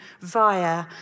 via